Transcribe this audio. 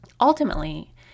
ultimately